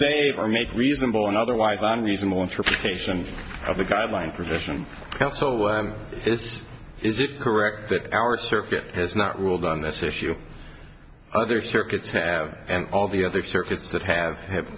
save or make reasonable and otherwise than reasonable interpretations of the guideline provision council is it correct that our circuit has not ruled on this issue other circuits have and all the other circuits that have have